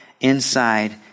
inside